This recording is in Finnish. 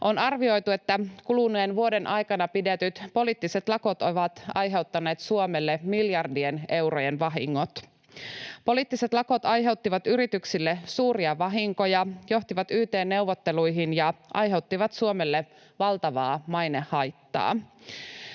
On arvioitu, että kuluneen vuoden aikana pidetyt poliittiset lakot ovat aiheuttaneet Suomelle miljardien eurojen vahingot. Poliittiset lakot aiheuttivat yrityksille suuria vahinkoja, johtivat yt-neuvotteluihin ja aiheuttivat Suomelle valtavaa mainehaittaa.